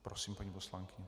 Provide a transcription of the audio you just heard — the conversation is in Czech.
Prosím, paní poslankyně.